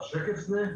שקף זה?